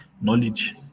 knowledge